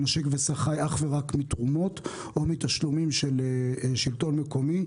'נשק וסע' חי אך ורק מתרומות או מתשלומים של שלטון מקומי,